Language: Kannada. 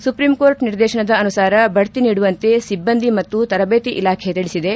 ಸುಪ್ರೀಂಕೋರ್ಟ್ ನಿರ್ದೇಶನದ ಅನುಸಾರ ಬಡ್ತಿ ನೀಡುವಂತೆ ಸಿಬ್ಬಂದಿ ಮತ್ತು ತರಬೇತಿ ಇಲಾಖೆ ತಿಳಿಸಿದೆ